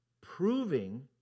proving